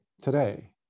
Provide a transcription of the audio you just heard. today